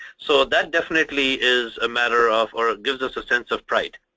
so that definitely is a matter of or it gives us a sense of pride.